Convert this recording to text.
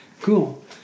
Cool